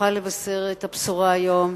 נוכל לבשר את הבשורה היום